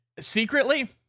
Secretly